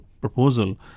proposal